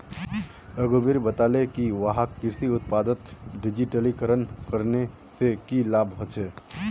रघुवीर बताले कि वहाक कृषि उत्पादक डिजिटलीकरण करने से की लाभ ह छे